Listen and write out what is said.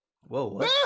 whoa